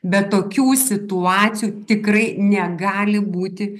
bet tokių situacijų tikrai negali būti